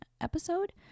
episode